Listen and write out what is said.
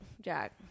Jack